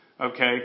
okay